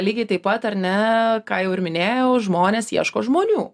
lygiai taip pat ar ne ką jau ir minėjau žmonės ieško žmonių